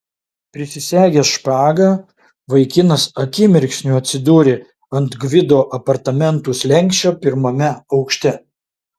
prisisegęs špagą vaikinas akimirksniu atsidūrė ant gvido apartamentų slenksčio pirmame aukšte